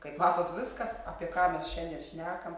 kaip matot viskas apie ką mes šiandien šnekam